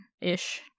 ish